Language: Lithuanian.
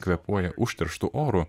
kvėpuoja užterštu oru